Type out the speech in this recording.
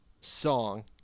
song